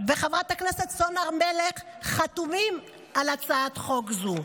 וחברת הכנסת סון הר מלך חתומים על הצעת חוק זו,